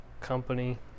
company